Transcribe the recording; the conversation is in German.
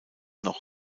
noch